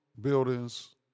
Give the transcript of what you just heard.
buildings